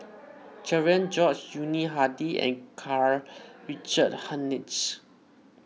Cherian George Yuni Hadi and Karl Richard Hanitsch